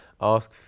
ask